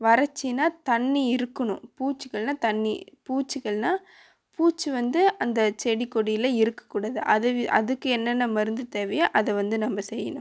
வறட்சினால் தண்ணி இருக்கணும் பூச்சிகள்னா தண்ணி பூச்சிகள்னா பூச்சி வந்து அந்த செடி கொடியில் இருக்க கூடாது அது அதுக்கு என்னென்ன மருந்து தேவையோ அதை வந்து நம்ம செய்யணும்